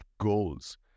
goals